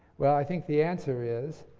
well, i think the answer is,